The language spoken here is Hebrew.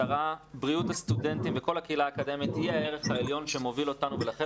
בריאות הסטודנטים וכל הקהילה האקדמית היא הערך העליון שמוביל אותנו ולכן